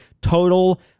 Total